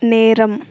நேரம்